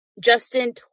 Justin